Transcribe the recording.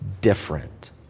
different